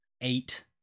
eight